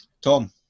Tom